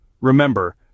Remember